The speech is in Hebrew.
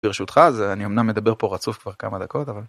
ברשותך אז אני אמנם מדבר פה רצוף כבר כמה דקות אבל.